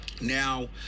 Now